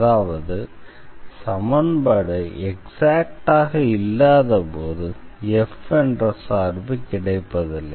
அதாவது சமன்பாடு எக்ஸாக்ட்டாக இல்லாதபோது f என்ற சார்பு கிடைப்பதில்லை